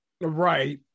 Right